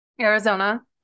arizona